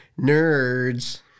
nerds